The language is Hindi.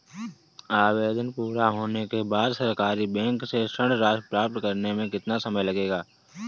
आवेदन पूरा होने के बाद सरकारी बैंक से ऋण राशि प्राप्त करने में कितना समय लगेगा?